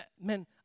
Man